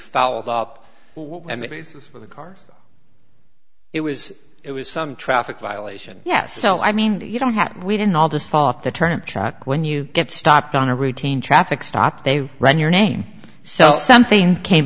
followed up and the basis for the cars it was it was some traffic violation yes so i mean you don't have we didn't all just fall off the turnip truck when you get stopped on a routine traffic stop they run your name so something came